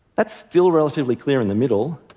that's still relatively clear in the middle,